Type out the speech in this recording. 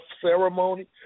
ceremony